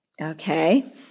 Okay